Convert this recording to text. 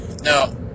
No